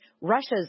Russia's